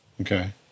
Okay